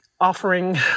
offering